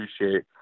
appreciate